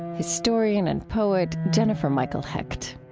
historian and poet jennifer michael hecht